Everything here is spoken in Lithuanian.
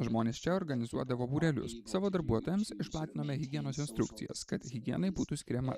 žmonės čia organizuodavo būrelius savo darbuotojams išplatinome higienos instrukcijas kad higienai būtų skiriama